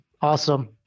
Awesome